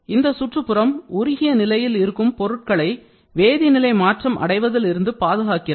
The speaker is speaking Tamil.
இந்த சுற்றுப்புறம் உருகிய நிலையில் இருக்கும் பொருட்களை வேதி நிலை மாற்றம் அடைவதில் இருந்து பாதுகாக்கிறது